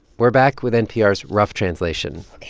we're back with npr's rough translation